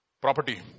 Property